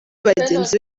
bagenzi